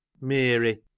Mary